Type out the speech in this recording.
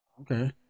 Okay